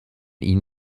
ihn